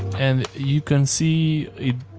and you can see it's.